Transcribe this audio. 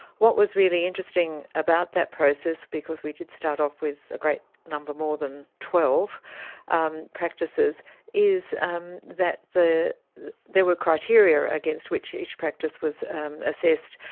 what was really interesting about that process because we did start off with a great number more than twelve and practices is um that there were criteria against which each practice was assessed.